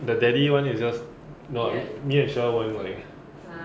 the daddy [one] is just not me and sher won't like